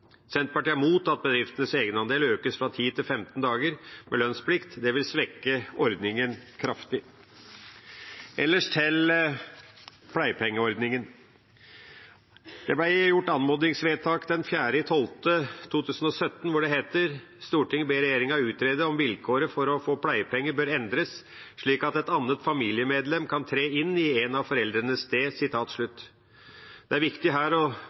Senterpartiet er imot at bedriftenes egenandel økes fra 10 til 15 dager med lønnsplikt. Det vil svekke ordningen kraftig. Til pleiepengeordningen: Det ble gjort anmodningsvedtak den 4. desember 2017, hvor det heter: «Stortinget ber regjeringen utrede om vilkåret for å få pleiepenger bør endres slik at et annet familiemedlem kan tre inn i en av foreldrenes sted.» Det er viktig her å